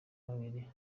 babiri